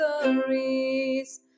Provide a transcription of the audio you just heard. stories